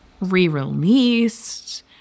re-released